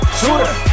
shooter